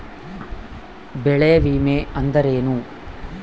ಬೆಳೆ ವಿಮೆ ಅಂದರೇನು?